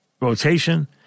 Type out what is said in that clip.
Rotation